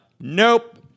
Nope